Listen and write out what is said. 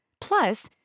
Plus